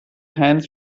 hands